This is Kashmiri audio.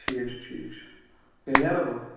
ٹھیٖک چھُ ٹھیٖک چھُ تیٚلہِ نیرا بہٕ